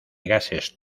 gases